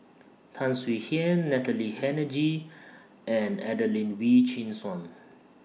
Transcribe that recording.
Tan Swie Hian Natalie Hennedige and Adelene Wee Chin Suan